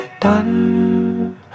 done